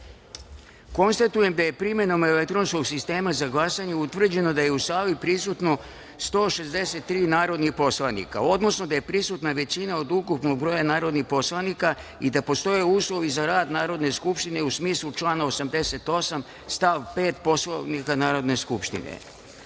glasanje. Konstatujem da je primenom elektronskog sistema za glasanje utvrđeno da je u sali prisutno 163 narodna poslanika, odnosno da je prisutna većina od ukupnog broja narodnih poslanika i da postoje uslovi za rad Narodne skupštine u smislu člana 88. stav 5. Poslovnika Narodne skupštine. Sada